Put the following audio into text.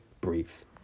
brief